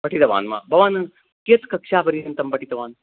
पठितवान् वा भवान् कियत् कक्षापर्यन्तं पठितवान्